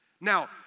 Now